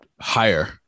higher